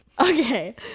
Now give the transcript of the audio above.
Okay